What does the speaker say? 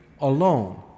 alone